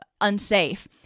unsafe